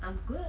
I'm good